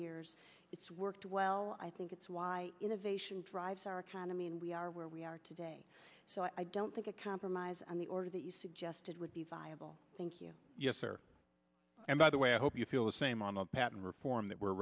years it's worked well i think it's why innovation drives our economy and we are where we are today so i don't think a compromise on the order that you suggested would be viable thank you and by the way i hope you feel the same on the patent reform that we're